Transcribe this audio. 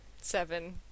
seven